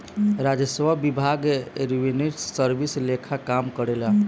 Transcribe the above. राजस्व विभाग revenue service लेखा काम करेला